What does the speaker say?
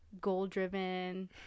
goal-driven